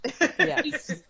Yes